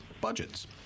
Budgets